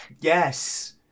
Yes